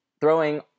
throwing